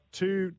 two